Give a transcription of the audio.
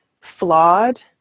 flawed